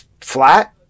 flat